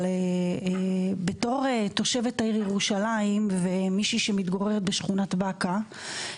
אבל בתור תושבת העיר ירושלים ומישהי שמתגוררת בשכונת בקעה,